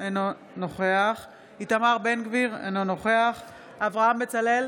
אינו נוכח איתמר בן גביר, אינו נוכח אברהם בצלאל,